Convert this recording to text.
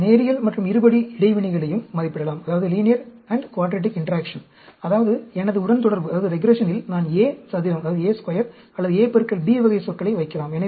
நீங்கள் நேரியல் மற்றும் இருபடி இடைவினைகளையும் மதிப்பிடலாம் அதாவது எனது உடன்தொடர்பில் நான் A சதுரம் அல்லது A B வகை சொற்களை வைக்கலாம்